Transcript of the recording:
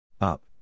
Up